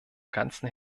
ganzem